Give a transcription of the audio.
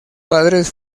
padres